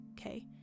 okay